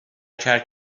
کرد